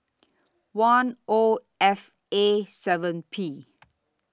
one O F A seven P